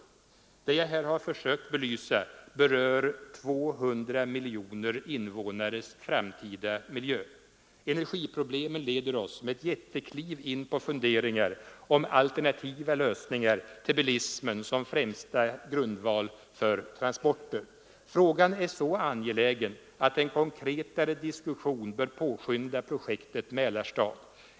Det jag här har försökt belysa berör 2 miljoner invånares framtida miljö. Energiproblemen leder oss med ett jättekliv in på funderingar om alternativa lösningar till bilismen som främsta grundval för transporter. Frågan är så angelägen att en konkretare diskussion bör påskynda projektet Mälarstad.